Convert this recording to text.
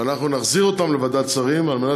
ואנחנו נחזיר אותן לוועדת שרים על מנת